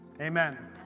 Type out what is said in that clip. Amen